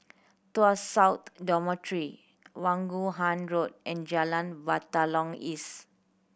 Tuas South Dormitory Vaughan Road and Jalan Batalong East